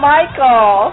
Michael